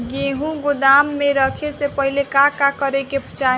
गेहु गोदाम मे रखे से पहिले का का करे के चाही?